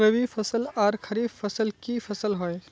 रवि फसल आर खरीफ फसल की फसल होय?